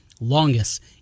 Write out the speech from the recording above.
Longest